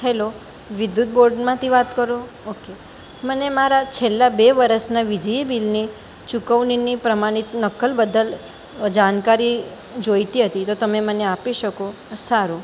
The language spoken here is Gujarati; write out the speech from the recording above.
હેલો વિદ્યુત બોર્ડમાંથી વાત કરો ઓકે મને મારા છેલ્લા બે વરસના વીજળી બિલની ચૂકવણીની પ્રમાણિત નકલ બદલ જાણકારી જોઈતી હતી તો તો તમે મને આપી શકો તો સારું